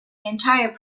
entire